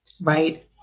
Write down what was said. right